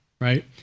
right